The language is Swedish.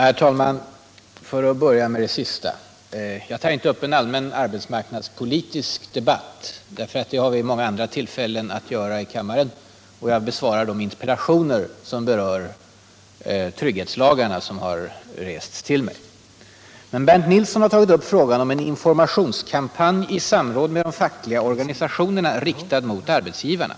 Herr talman! Låt mig börja med det där sista som sades. Jag tar här inte upp någon allmän arbetsmarknadspolitisk debatt — det har vi många andra tillfällen att göra här i kammaren — utan jag besvarar bara de interpellationer som framställts till mig och som berör trygghetslagarna. Bernt Nilsson tog upp frågan om en informationskampanj i samråd med de fackliga organisationerna, en kampanj riktad mot arbetsgivarna.